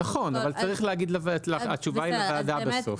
נכון, אבל התשובה היא לוועדה בסוף.